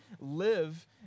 live